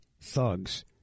thugs